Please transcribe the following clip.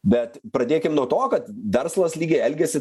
bet pradėkim nuo to kad verslas lygia elgėsi